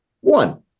one